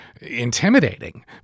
intimidating